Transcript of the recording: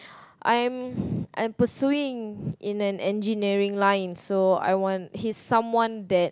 I'm pursuing in an engineering line so I want he's someone that